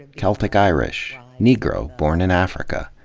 celtic irish. negro, born in africa.